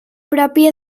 pròpia